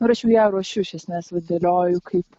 nu ir aš jau ją ruošiu iš esmės va dėlioju kaip